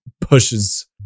pushes